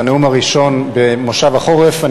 הנאום הראשון בכנס החורף,